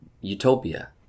utopia